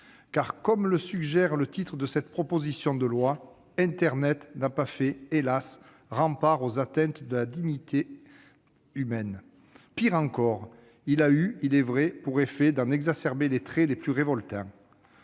Comme le suggère le titre de cette proposition de loi, internet n'a pas fait, hélas !, rempart aux atteintes à la dignité de la personne humaine. Pis encore, il a eu pour effet d'en exacerber les traits les plus révoltants.